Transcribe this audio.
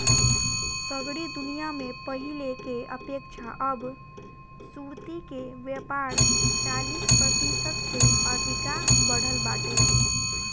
सगरी दुनिया में पहिले के अपेक्षा अब सुर्ती के व्यापार चालीस प्रतिशत से अधिका बढ़ल बाटे